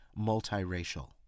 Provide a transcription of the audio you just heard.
multiracial